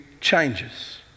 changes